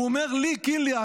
הוא אומר לי: קינלי,